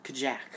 Kajak